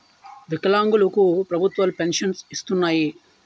వికలాంగులు కు ప్రభుత్వాలు పెన్షన్ను ఇస్తున్నాయి